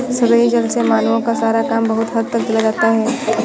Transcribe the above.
सतही जल से मानवों का सारा काम बहुत हद तक चल जाता है